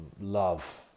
love